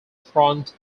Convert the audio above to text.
front